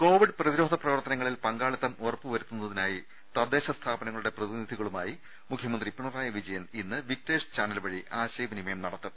Covid പ്രതിരോധ പ്രവർത്തനങ്ങളിൽ പങ്കാളിത്തം ഉറപ്പു വരുത്തുന്ന്തിനായി തദ്ദേശ സ്ഥാപനങ്ങളുടെ പ്രതിനിധികളുമായി മുഖ്യമന്ത്രി പിണറായി വിജയൻ ഇന്ന് വിക്ടേഴ്സ് ചാനൽ വഴി ആശയവിനിമയം നടത്തും